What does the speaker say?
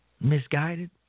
Misguided